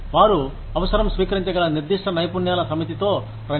వారు అవసరం స్వీకరించగల నిర్దిష్ట నైపుణ్యాల సమితితో రండి